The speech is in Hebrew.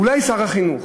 אולי שר החינוך.